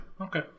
Okay